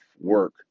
work